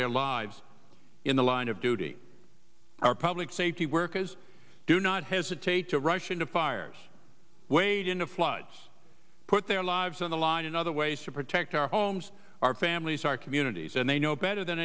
their lives in the line of duty our public safety workers do not hesitate to rush into fires wade into floods put their lives on the line in other ways to protect our homes our families our communities and they know better than